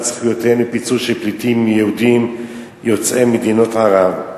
זכויותיהם לפיצוי של פליטים יהודים יוצאי מדינות ערב.